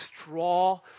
straw